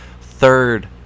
third